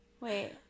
Wait